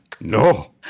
no